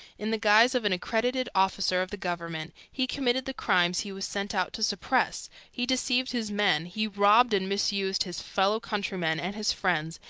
in the guise of an accredited officer of the government, he committed the crimes he was sent out to suppress he deceived his men he robbed and misused his fellow-countrymen and his friends,